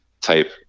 type